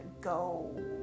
go